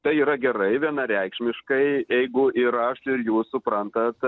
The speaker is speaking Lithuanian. tai yra gerai vienareikšmiškai jeigu ir aš ir jūs suprantat